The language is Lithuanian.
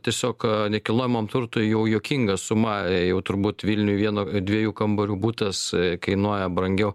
tiesiog nekilnojamam turtui jau juokinga suma jau turbūt vilniuj vieno dviejų kambarių butas kainuoja brangiau